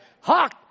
Hawk